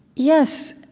yes.